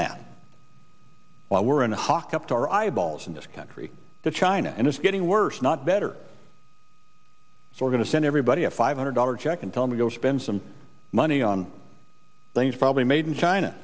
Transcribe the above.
that we're in hock up to our eyeballs in this country to china and it's getting worse not better so we're going to send everybody a five hundred dollar check and tell me go spend some money on things probably made in china